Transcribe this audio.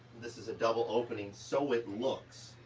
this is a double opening. so it looks,